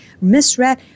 misread